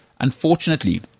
unfortunately